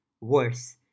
Worse